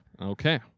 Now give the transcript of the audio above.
Okay